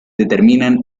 determinan